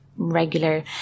regular